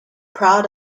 proud